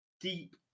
deep